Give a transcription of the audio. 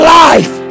life